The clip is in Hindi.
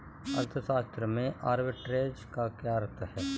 अर्थशास्त्र में आर्बिट्रेज का क्या अर्थ है?